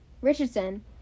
Richardson